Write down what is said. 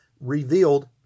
revealed